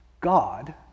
God